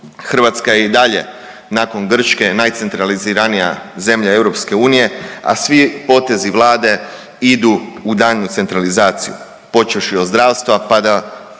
Hrvatska je i dalje nakon Grčke najcentraliziranija zemlja Europske unije, a svi potezi Vlade idu u daljnju centralizaciju počevši od zdravstva, pa do